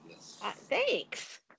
Thanks